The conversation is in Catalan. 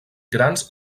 grans